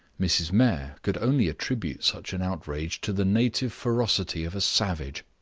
mrs. mayor could only attribute such an outrage to the native ferocity of a savage.